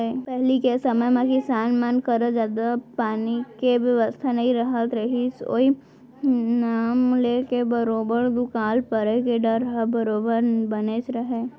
पहिली के समे म किसान मन करा जादा पानी के बेवस्था नइ रहत रहिस ओई नांव लेके बरोबर दुकाल परे के डर ह बरोबर बनेच रहय